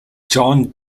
john